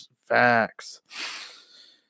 facts